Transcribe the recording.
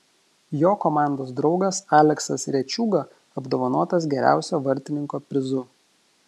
jo komandos draugas aleksas rečiūga apdovanotas geriausio vartininko prizu